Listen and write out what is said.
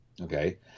Okay